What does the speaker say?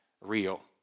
real